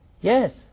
Yes